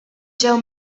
ġew